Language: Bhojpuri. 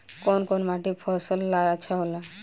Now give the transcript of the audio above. कौन कौनमाटी फसल ला अच्छा होला?